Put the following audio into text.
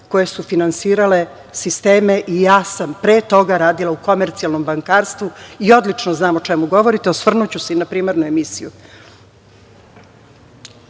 koje su finansirale sisteme i ja sam pre toga radila u komercijalnom bankarstvu i odlučno znam o čemu govorite. Osvrnuću se i na primarnu emisiju. Kako